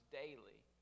daily